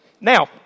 Now